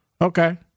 Okay